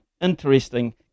interesting